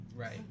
Right